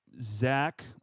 Zach